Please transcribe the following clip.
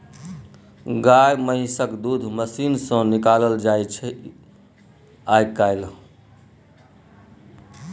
गाए महिषक दूध मशीन सँ निकालल जाइ छै आइ काल्हि